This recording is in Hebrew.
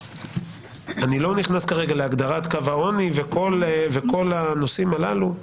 אני לא נכנס כרגע להגדרת קו העוני וכל הנושאים הללו,